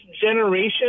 generation